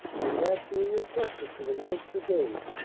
the attack being entrusted to the ninth. brigade,